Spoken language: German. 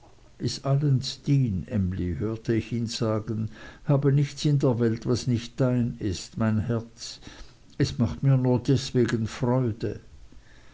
is allens dien emly hörte ich ihn sagen habe nichts in der welt was nicht dein ist mein herz es macht mir nur deinetwegen freude